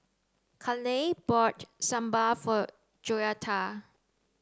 Kayleigh bought Sambar for Joetta